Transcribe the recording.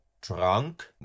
drunk